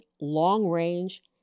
long-range